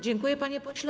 Dziękuję, panie pośle.